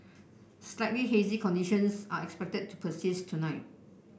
slightly hazy conditions are expected to persist tonight